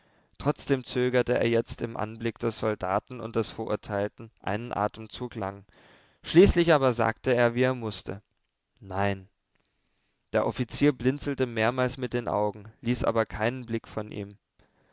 trotzdem zögerte er jetzt im anblick des soldaten und des verurteilten einen atemzug lang schließlich aber sagte er wie er mußte nein der offizier blinzelte mehrmals mit den augen ließ aber keinen blick von ihm